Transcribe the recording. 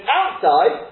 outside